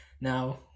now